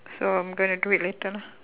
so I'm gonna do it later